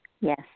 Yes